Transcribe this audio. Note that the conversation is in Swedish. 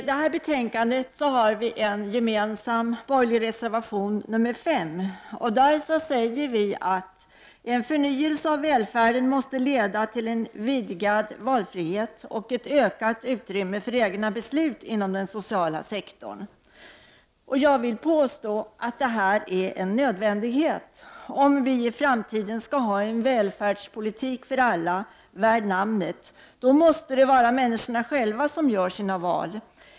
Herr talman! I en gemensam borgerlig reservation, nr 5, till detta betänkande säger vi att en förnyelse av välfärden måste leda till en vidgad valfrihet och ett ökat utrymme för egna beslut inom den sociala tjänstesektorn. Jag vill påstå att detta är en nödvändighet. Om vi i framtiden skall ha en välfärdspolitik för alla, värd namnet, måste det vara människorna själva som gör sina val.